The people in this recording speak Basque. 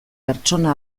pertsona